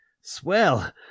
Swell